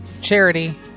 Charity